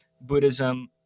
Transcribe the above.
Buddhism